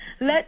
let